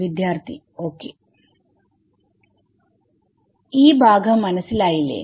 വിദ്യാർത്ഥി ok ഈ ഭാഗം മനസ്സിലായില്ലെ